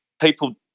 people